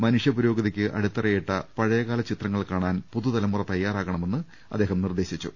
മനുഷ്യ പുരോഗതിക്ക് അടിത്തറയിട്ട പഴയ കാല ചിത്രങ്ങൾ കാണാൻ പുതുതലമുറ തയാറാകണമെന്ന് അദ്ദേഹം നിർദ്ദേശിച്ചു